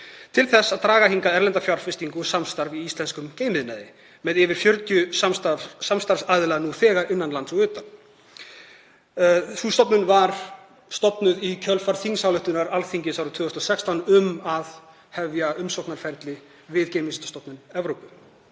til þess að draga hingað erlenda fjárfestingu og samstarf í íslenskum geimiðnaði með yfir 40 samstarfsaðila nú þegar, innan lands og utan. Sú stofnun var stofnuð í kjölfar þingsályktunar Alþingis árið 2016 um að hefja umsóknarferli við Geimvísindastofnun Evrópu.